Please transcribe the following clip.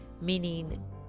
meaning